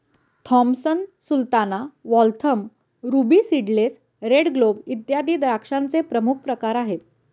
Thompson Sultana, Waltham, ruby seedless, red globe, इत्यादी द्राक्षांचेही प्रमुख प्रकार आहेत